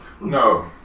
No